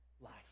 life